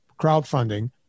crowdfunding